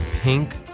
pink